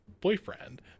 boyfriend